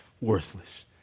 worthless